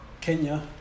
kenya